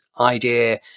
idea